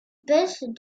baisse